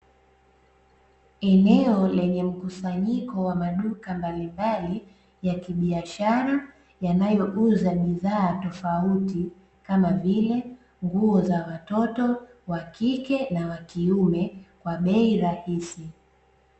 Eneo lenye mkusanyiko wa maduka mbalimbali ya kibiashara, yanayouza bidhaa tofauti, kama vile; nguo za watoto wakike na wakiume kwa bei rahisi.